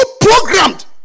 programmed